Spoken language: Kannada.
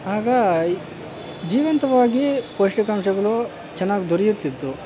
ಆಗ ಇ ಜೀವಂತವಾಗಿ ಪೌಷ್ಟಿಕಾಂಶಗಳು ಚೆನ್ನಾಗಿ ದೊರೆಯುತ್ತಿತ್ತು